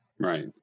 Right